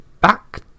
back